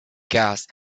gas